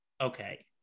okay